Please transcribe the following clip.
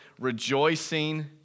rejoicing